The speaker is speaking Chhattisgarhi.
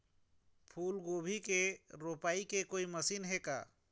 फूलगोभी के रोपाई के कोई मशीन हे का?